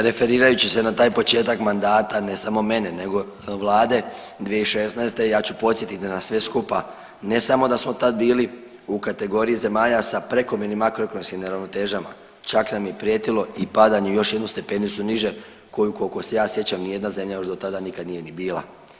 Referirajući se na taj početak mandata ne samo mene nego vlade 2016. ja ću podsjetiti na sve skupa ne samo da smo tad bili u kategoriji zemalja sa prekomjernim makroekonomskim neravnotežama, čak nam je prijetilo i padanje još jednu stepenicu niže koju koliko se ja sjećam nijedna zemlja još do tada nikad nije ni bila.